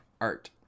art